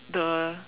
the